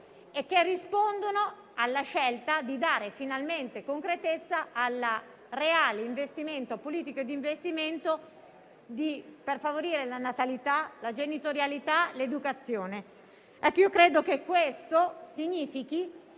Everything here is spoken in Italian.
- e rispondono alla scelta di dare finalmente concretezza alle politiche di investimento per favorire la natalità, la genitorialità e l'educazione. Credo che ciò significhi